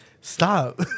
Stop